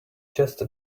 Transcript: just